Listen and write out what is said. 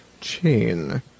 chain